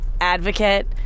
advocate